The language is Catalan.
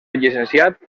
llicenciat